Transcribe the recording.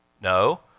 No